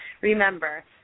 Remember